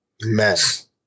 Mess